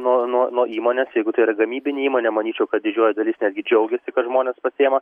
nuo nuo nuo įmonės jeigu tai yra gamybinė įmonė manyčiau kad didžioji dalis netgi džiaugiasi kad žmonės pasiima